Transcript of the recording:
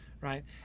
Right